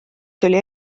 tuli